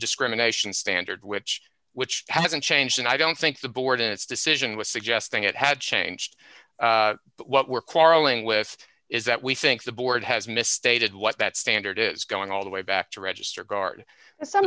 discrimination standard which which hasn't changed and i don't think the board in its decision was suggesting it had changed but what were quarreling with is that we think the board has misstated what that standard is going all the way back to register guard and so